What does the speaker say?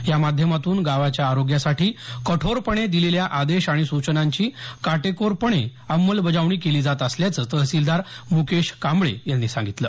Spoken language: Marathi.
या माध्यमातून गावाच्या आरोग्यासाठी कठोरपणे दिलेल्या आदेश आणि सूचनांची काटेकोरपणे अंमलबजावणी केली जात असल्याचं तहसीलदार मुकेश कांबळे यांनी सांगितलं